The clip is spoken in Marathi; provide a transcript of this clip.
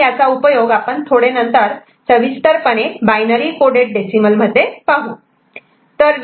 आणि याचा उपयोग आपण थोडे नंतर सविस्तर पणे बायनरी कोडेड डेसिमल मध्ये पाहू